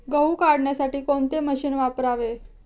गहू काढण्यासाठी कोणते मशीन वापरावे?